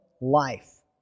life